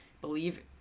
believe